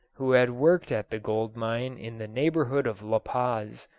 who had worked at the gold mine in the neighbourhood of la paz,